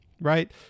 right